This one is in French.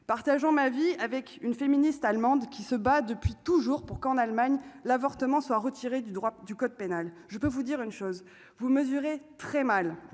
partageant ma vie avec une féministe allemande qui se bat depuis toujours pour qu'en Allemagne l'avortement soit du droit du code pénal, je peux vous dire une chose, vous mesurez très mal,